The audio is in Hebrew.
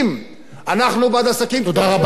אנחנו בעד עסקים, אנחנו בעד עסקים, תודה רבה.